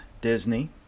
Disney